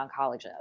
oncologists